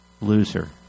loser